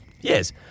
Yes